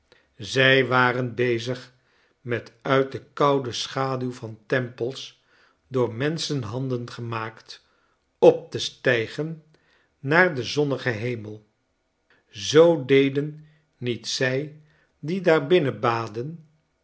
zij waren bezig met uit de koude schaduw van tempels door menschenhanden gemaakt op te stijgen naar den zonnigen hemel zoo deden niet zij die daar binnen baden